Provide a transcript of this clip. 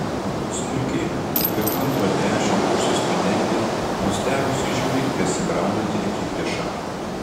smulki kokio antro trečio kurso studentė nustebusi žiūri į besibraunantį akiplėšą